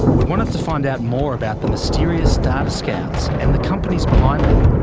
wanted to find out more about the mysterious data scouts and the companies behind them.